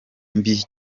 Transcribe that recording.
mbi